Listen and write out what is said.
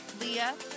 leah